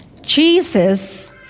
Jesus